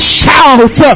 shout